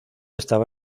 estaba